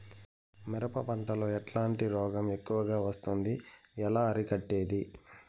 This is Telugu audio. మిరప పంట లో ఎట్లాంటి రోగం ఎక్కువగా వస్తుంది? ఎలా అరికట్టేది?